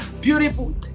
beautiful